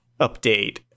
update